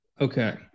Okay